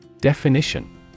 Definition